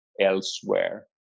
elsewhere